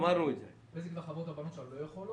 קבענו את זה כמשהו שהוא ייהרג ובל יעבור.